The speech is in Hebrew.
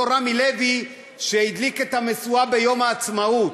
אותו רמי לוי שהדליק את המשואה ביום העצמאות,